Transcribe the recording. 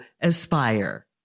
Aspire